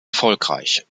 erfolgreich